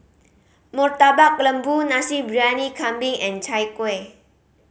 Murtabak Lembu Nasi Briyani Kambing and Chai Kueh